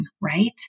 Right